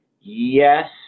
yes